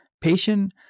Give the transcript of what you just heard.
Patient